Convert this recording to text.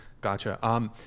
Gotcha